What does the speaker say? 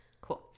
Cool